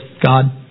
God